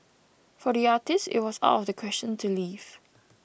for the artist it was out of the question to leave